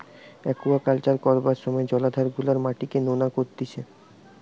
aquaculture করবার সময় জলাধার গুলার মাটিকে নোনা করতিছে